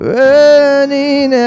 running